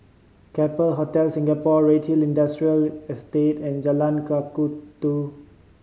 Capella Hotel Singapore Redhill Industrial Estate and Jalan Kakatua